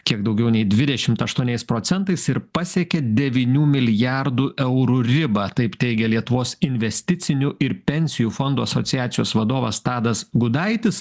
kiek daugiau nei dvidešimt aštuoniais procentais ir pasiekė devynių milijardų eurų ribą taip teigia lietuvos investicinių ir pensijų fondų asociacijos vadovas tadas gudaitis